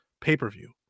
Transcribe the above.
pay-per-view